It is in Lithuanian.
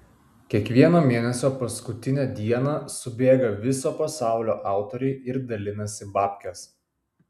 kiekvieno mėnesio paskutinę dieną subėga viso pasaulio autoriai ir dalinasi babkes